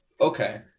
Okay